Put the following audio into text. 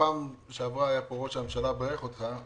בפעם שעברה היה פה ראש הממשלה ובירך אותך.